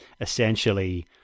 essentially